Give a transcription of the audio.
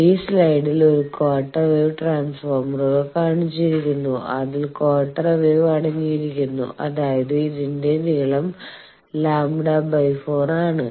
ഈ സ്ലൈഡിൽ ഒരു ക്വാർട്ടർ വേവ് ട്രാൻസ്ഫോർമറുകൾ കാണിച്ചിരിക്കുന്നു അതിൽ ക്വാർട്ടർ വേവ് അടങ്ങിയിരിക്കുന്നു അതായത് ഇതിന്റെ നീളം λ 4 ആണ്